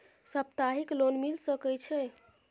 सप्ताहिक लोन मिल सके छै?